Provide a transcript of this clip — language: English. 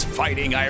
fighting